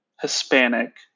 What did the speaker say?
Hispanic